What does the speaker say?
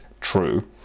true